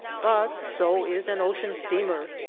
but so is an ocean steamer.